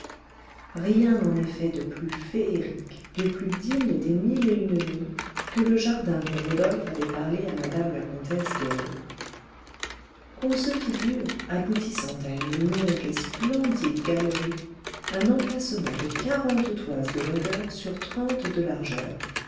rien en effet de plus féerique de plus digne des mille et une nuits que le jardin dont rodolphe avait parlé à mme la comtesse de qu'on se figure aboutissant à une longue et splendide galerie un emplacement de quarante toises de longueur sur trente de largeur